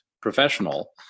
professional